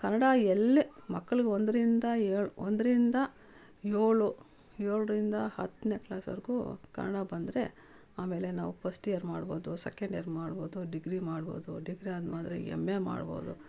ಕನ್ನಡ ಎಲ್ಲಿ ಮಕ್ಕಳಿಗೆ ಒಂದರಿಂದ ಏಳು ಒಂದರಿಂದ ಏಳು ಏಳ್ರಿಂದ ಹತ್ತನೇ ಕ್ಲಾಸ್ವರೆಗೂ ಕನ್ನಡ ಬಂದರೆ ಆಮೇಲೆ ನಾವು ಫಸ್ಟ್ ಇಯರ್ ಮಾಡ್ಬೋದು ಸೆಕೆಂಡ್ ಇಯರ್ ಮಾಡ್ಬೋದು ಡಿಗ್ರಿ ಮಾಡ್ಬೋದು ಡಿಗ್ರಿ ಆದ್ಮೇಲೆ ಎಮ್ ಎ ಮಾಡ್ಬೋದು